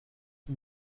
این